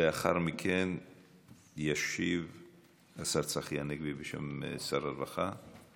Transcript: ולאחר מכן ישיב השר צחי הנגבי, בשם שר הרווחה.